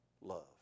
love